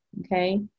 okay